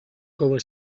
cover